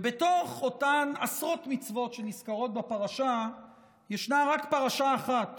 ובתוך אותן עשרות מצוות שנזכרות בפרשה ישנה רק פרשה אחת